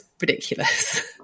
ridiculous